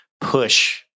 push